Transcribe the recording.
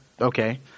Okay